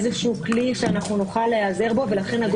איזה שהוא כלי שנוכל להיעזר בו ולכן,